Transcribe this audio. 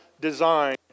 design